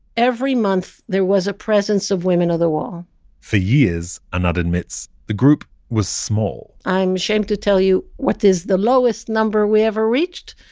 every month, there was a presence of women of the wall for years, anat admits, the group was small i'm ashamed to tell you what is the lowest number we ever reached.